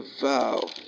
vow